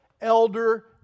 elder